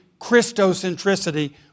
Christocentricity